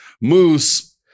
moose